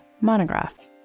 Monograph